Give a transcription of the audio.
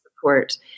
support